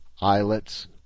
islets